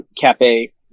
cafe